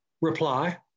reply